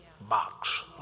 box